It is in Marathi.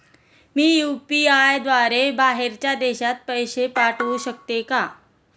मी यु.पी.आय द्वारे बाहेरच्या देशात पैसे पाठवू शकतो का?